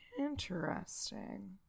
Interesting